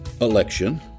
election